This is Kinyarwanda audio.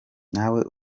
ntawe